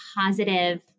positive